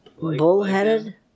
Bullheaded